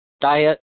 Diet